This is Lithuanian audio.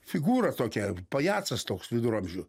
figūra tokia pajacas toks viduramžių